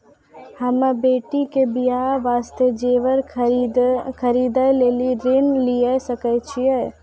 हम्मे बेटी के बियाह वास्ते जेबर खरीदे लेली ऋण लिये सकय छियै?